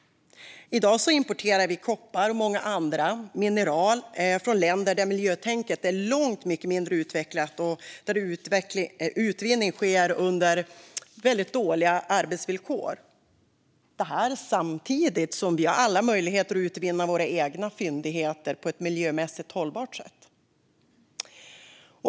I dag importerar vi koppar och många andra mineral från länder där miljötänkandet är långt mindre utvecklat och där utvinning sker under mycket dåliga arbetsvillkor, detta samtidigt som vi har alla möjligheter att utvinna våra egna fyndigheter på ett miljömässigt hållbart sätt.